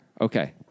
Okay